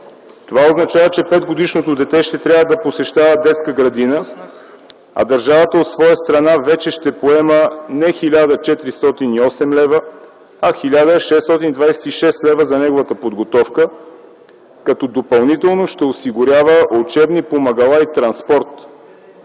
Това означава, че петгодишното дете ще трябва да посещава детската градина, а държавата от своя страна вече ще поема не 1408 лв., а 1626 лв. за неговата подготовка, като ще осигурява допълнително учебни помагала и транспорт.